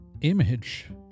image